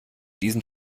diesen